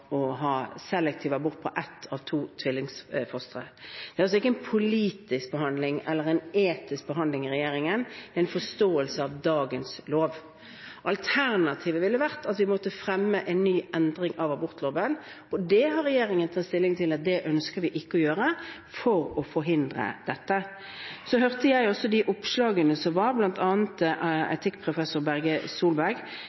politisk eller etisk behandling i regjeringen, men en forståelse av dagens lov. Alternativet ville vært at vi måtte fremmet en ny endring av abortloven, og det har regjeringen tatt stilling til, og det ønsker vi ikke å gjøre for å forhindre dette. Jeg hørte også om de oppslagene, bl.a. med etikkprofessor Berge Solberg, som uttalte seg bl.a. om de medisinsk-etiske spørsmålene knyttet til at det var